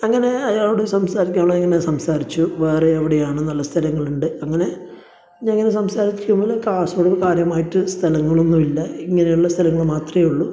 അങ്ങനെ അയാളോട് സംസാരിക്കാനുള്ള ഇങ്ങനെ സംസാരിച്ചു വേറെ എവിടെയാണ് നല്ല സ്ഥലങ്ങളുണ്ട് അങ്ങനെ ഞാൻ ഇങ്ങനെ സംസാരിച്ചപ്പോൾ കാസർഗോഡ് കാര്യമായിട്ട് സ്ഥലങ്ങളൊന്നുമില്ല ഇങ്ങനെയുള്ള സ്ഥലങ്ങൾ മാത്രമേയുള്ളു